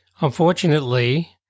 Unfortunately